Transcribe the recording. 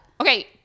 Okay